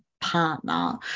partner